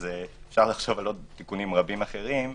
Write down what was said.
אפשר לחשוב על תיקונים רבים אחרים,